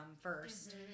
first